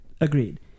Agreed